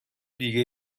دیگه